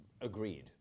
Agreed